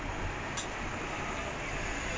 ya